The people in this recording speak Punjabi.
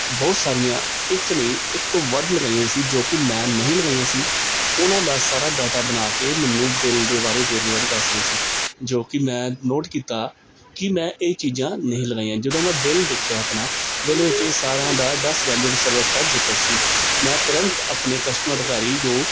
ਬਹੁਤ ਸਾਰੀਆਂ ਇੱਕ ਨਹੀਂ ਇੱਕ ਤੋਂ ਵੱਧ ਲਗਾਈਆਂ ਹੋਈਆਂ ਸੀ ਜੋ ਕਿ ਮੈਂ ਨਹੀਂ ਲਗਾਈਆਂ ਸੀ ਉਹਨਾਂ ਦਾ ਸਾਰਾ ਡਾਟਾ ਬਣਾ ਕੇ ਮੈਨੂੰ ਬਿੱਲ ਦੇ ਬਾਰੇ ਵੇਰਵੇ ਬਾਰੇ ਦੱਸ ਰਹੇ ਸੀ ਜੋ ਕਿ ਮੈਂ ਨੋਟ ਕੀਤਾ ਕਿ ਮੈਂ ਇਹ ਚੀਜ਼ਾਂ ਨਹੀਂ ਲਗਾਈਆਂ ਜਦੋਂ ਮੈਂ ਬਿੱਲ ਦੇਖਿਆ ਆਪਣਾ ਬਿੱਲ ਵਿੱਚ ਇਹ ਸਾਰਿਆਂ ਦਾ ਦਸ ਵੈਲਿਊ ਐਡਿਡ ਸਰਵਿਸ ਦਾ ਜ਼ਿਕਰ ਸੀ ਮੈਂ ਤੁਰੰਤ ਆਪਣੇ ਕਸਟਮਰ ਅਧਿਕਾਰੀ ਜੋ